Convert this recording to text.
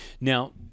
Now